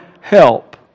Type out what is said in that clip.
help